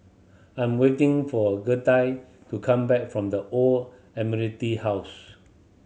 I'm waiting for Gertie to come back from The Old Admiralty House